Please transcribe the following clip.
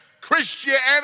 Christianity